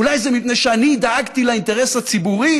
אולי זה מפני שאני דאגתי לאינטרס הציבורי